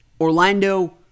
Orlando